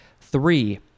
Three